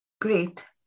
Great